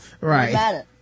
right